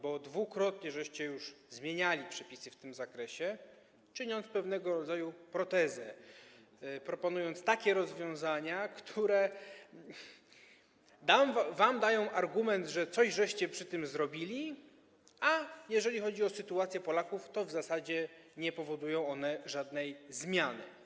Bo już dwukrotnie zmienialiście przepisy w tym zakresie, czyniąc pewnego rodzaju protezę, proponując takie rozwiązania, które dają wam argument, że coś przy tym zrobiliście, a jeżeli chodzi o sytuację Polaków, to w zasadzie nie powodują one żadnej zmiany.